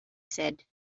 said